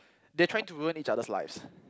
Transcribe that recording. they trying to ruin each other's lives